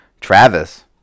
Travis